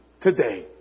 today